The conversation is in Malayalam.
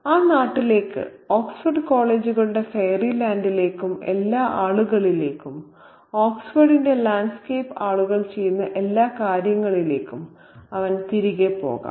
ആ നാട്ടിലേക്ക് ഓക്സ്ഫോർഡ് കോളേജുകളുടെ ഫെയറി ലാൻഡിലേക്കും എല്ലാ ആളുകളിലേക്കും ഓക്സ്ഫോർഡിന്റെ ലാൻഡ്സ്കേപ്പ് ആളുകൾ ചെയ്യുന്ന എല്ലാ കാര്യങ്ങളിലേക്കും അവന് തിരികെ പോകാം